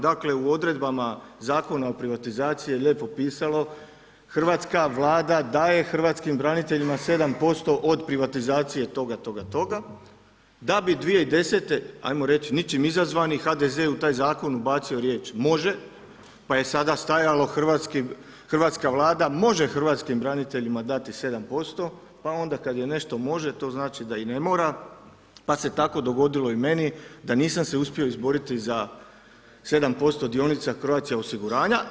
Dakle u odredbama Zakona o privatizaciji je lijepo pisalo, hrvatska Vlada daje hrvatskim braniteljima 7% od privatizacije toga, toga, toga, da bi 2010. ajmo reći ničim izazvani HDZ u taj zakon ubacio riječ „može“ pa je sada stajalo hrvatska Vlada može hrvatskim braniteljima dati 7% pa onda kada je nešto može to znači da i ne mora pa se tako dogodilo i meni da nisam se uspio izboriti za 7% dionica Croatia osiguranja.